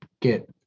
get